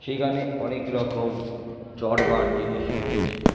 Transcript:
সেখানে অনেক রকম চড়বার জিনিস রয়েছে